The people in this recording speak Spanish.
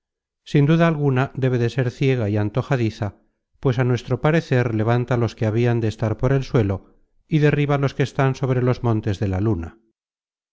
sin duda alguna debe de ser ciega y antojadiza pues a nuestro parecer levanta los que habian de estar por el suelo y derriba los que están sobre los montes de la luna